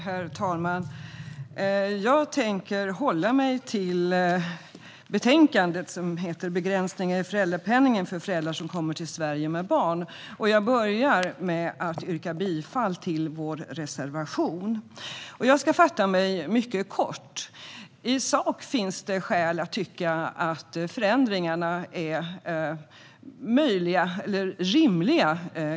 Herr talman! Jag tänker hålla mig till betänkandet, som heter Begränsningar i föräldrapenningen för föräldrar som kommer till Sverige med barn , och jag vill börja med att yrka bifall till vår reservation. Jag ska fatta mig mycket kort. I sak finns det skäl att tycka att förändringarna är möjliga eller rimliga.